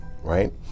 right